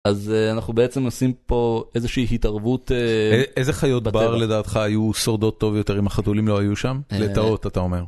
אז אנחנו בעצם עושים פה איזושהי התערבות... איזה חיות בר לדעתך היו שורדות טוב יותר אם החתולים לא היו שם? לטאות, אתה אומר.